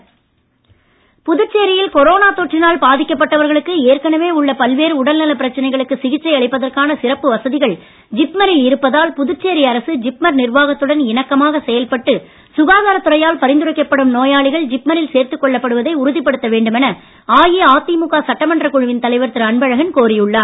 அன்பழகன் புதுச்சேரியில் கொரோனா தொற்றினால் பாதிக்கப்பட்டவர்களுக்கு ஏற்கனவே உள்ள பல்வேறு உடல் நலப் பிரச்சனைகளுக்கு சிகிச்சை அளிப்பதற்கான சிறப்பு வசதிகள் ஜிப்மரில் இருப்பதால் புதுச்சேரி அரசு ஜிப்மர் நிர்வாகத்துடன் இணக்கமாக செயல்பட்டு சுகாதாரத் துறையால் பரிந்துரைக்கப்படும் நோயாளிகள் ஜிப்மரில் சேர்த்துக் கொள்ளப்படுவதை உறுதிப்படுத்த வேண்டுமென அஇஅதிமுக சட்டமன்றக் குழுவின் தலைவர் திரு அன்பழகன் கோரி உள்ளார்